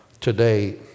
today